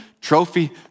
trophy